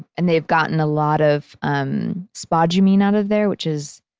and they've gotten a lot of um spodumene out of there, which is